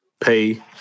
pay